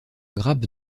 grappe